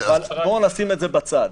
אבל בואו נשים את זה בצד.